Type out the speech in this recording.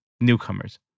newcomers